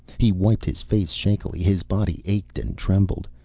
he wiped his face shakily. his body ached and trembled.